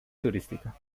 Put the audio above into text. turística